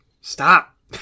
Stop